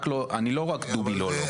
אני לא רק "דובי, לא, לא".